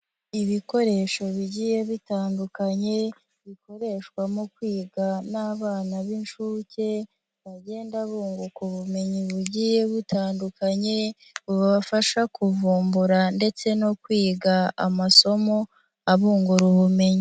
Ibikoresho bigiye bitandukanye, bikoreshwa mu kwiga n'abana b'inshuke, bagenda bunguka ubumenyi bugiye butandukanye, bubafasha kuvumbura ndetse no kwiga amasomo abungura ubumenyi.